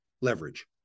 leverage